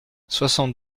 soixante